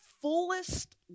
fullest